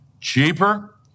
cheaper